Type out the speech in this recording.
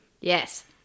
Yes